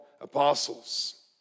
apostles